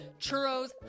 Churros